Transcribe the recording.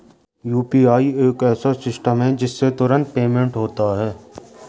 UPI एक ऐसा system है जिससे तुरंत पेमेंट होता है